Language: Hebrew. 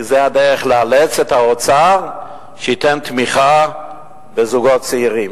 כי זו הדרך לאלץ את האוצר לתת תמיכה לזוגות צעירים.